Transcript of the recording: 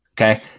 okay